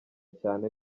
cyane